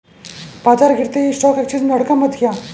बाजार गिरते ही स्टॉक एक्सचेंज में हड़कंप मच गया